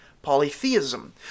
polytheism